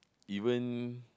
even